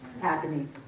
happening